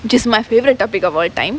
just my favourite topic of all time